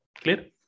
clear